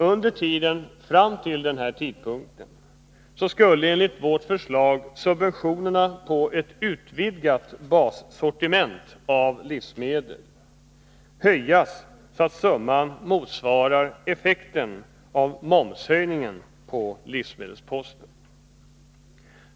Under tiden fram till den tidpunkten skulle enligt vårt Onsdagen den förslag subventionerna på ett utvidgat bassortiment av livsmedel höjas så att — 15 december 1982 summan motsvarar effekten av momshöjningen inom livsmedelssektorn.